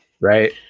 Right